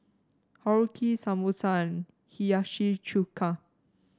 Korokke Samosa and Hiyashi Chuka